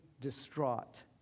distraught